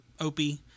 Opie